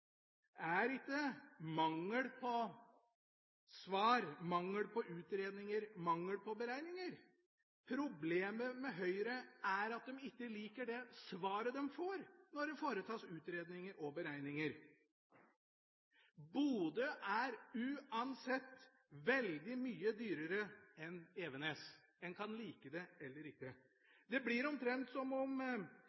er ikke mangel på svar, mangel på utredninger og mangel på beregninger. Problemet med Høyre er at de ikke liker det svaret de får når det foretas utredninger og beregninger. Bodø er uansett veldig mye dyrere enn Evenes. En kan like det, eller ikke.